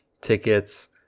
tickets